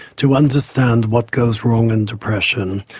to understand what goes wrong in depression,